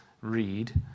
read